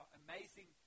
amazing